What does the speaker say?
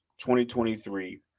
2023